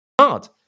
hard